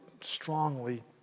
strongly